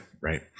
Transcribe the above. Right